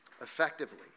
effectively